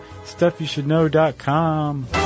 StuffYouShouldKnow.com